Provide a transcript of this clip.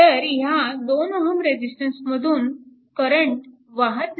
तर ह्या 2 Ω रेजिस्टन्समधून करंट वाहत नाही